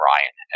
Ryan